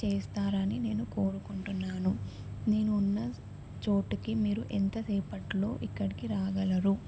చేస్తారని నేను కోరుకుంటున్నాను నేను ఉన్న చోటుకి మీరు ఎంత సేపట్లో ఇక్కడకి రాగలరు